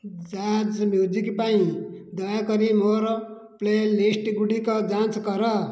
jazz music ପାଇଁ ଦୟାକରି ମୋର ପ୍ଲେ ଲିଷ୍ଟ ଗୁଡ଼ିକ ଯାଞ୍ଚ କର